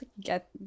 get